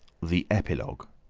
the epilogue